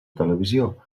televisió